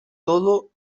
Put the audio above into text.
todo